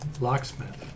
locksmith